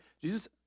Jesus